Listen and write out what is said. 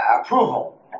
approval